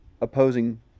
opposing